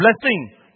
blessing